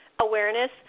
awareness